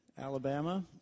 Alabama